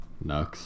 Nux